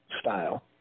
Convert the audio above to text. style